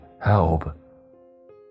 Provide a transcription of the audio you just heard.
Help